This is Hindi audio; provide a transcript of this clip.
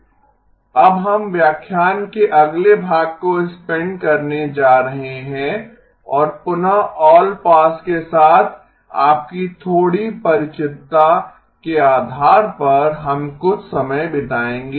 अब हम व्याख्यान के अगले भाग को स्पेंड करने जा रहें हैं और पुनः ऑल पास के साथ आपकी थोड़ी परिचितता के आधार पर हम कुछ समय बिताएंगे